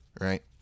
Right